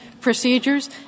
procedures